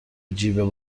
جیب